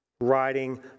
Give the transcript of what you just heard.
riding